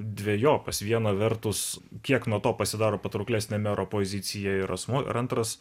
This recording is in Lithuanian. dvejopas viena vertus kiek nuo to pasidaro patrauklesnė mero pozicija ir asmuo ir antras